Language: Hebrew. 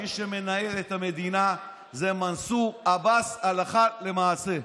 מי שמנהל את המדינה זה מנסור עבאס, הלכה למעשה.